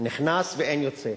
נכנס ואין יוצא,